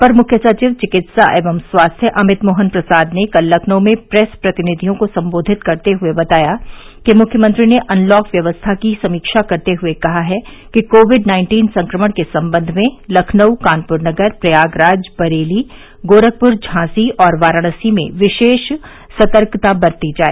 अपर मुख्य सचिव चिकित्सा एवं स्वास्थ्य अमित मोहन प्रसाद ने कल लखनऊ में प्रेस प्रतिनिधियों को सम्बोधित करते हुए बताया कि मुख्यमंत्री ने अनलॉक व्यवस्था की समीक्षा करते हुए कहा है कि कोविड नाइन्टीन संक्रमण के सम्बन्ध में लखनऊ कानपुर नगर प्रयागराज बरेली गोरखपुर झांसी और वाराणसी में विशेष सतर्कता बरती जाए